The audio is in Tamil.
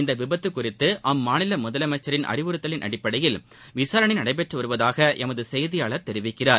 இந்த விபத்து குறித்து அம்மாநில முதலமைச்சரின் அறிவுறுத்தலின் அடிப்படையில் விசாரணை நடைபெற்று வருவதாக எமது செய்தியாளர் தெரிவிக்கிறார்